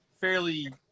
fairly